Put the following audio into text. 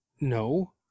No